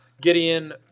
Gideon